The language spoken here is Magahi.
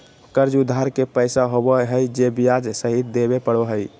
कर्ज उधार के पैसा होबो हइ जे ब्याज सहित देबे पड़ो हइ